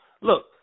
look